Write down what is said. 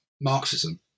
Marxism